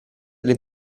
alle